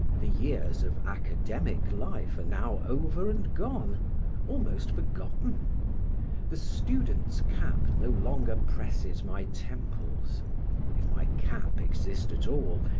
the years of academic life are now over and gone almost forgotten the student's cap no longer presses my temples if my cap exist at all,